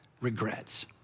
regrets